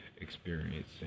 Experience